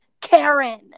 Karen